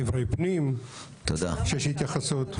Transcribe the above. אברי פנים שיש התייחסות.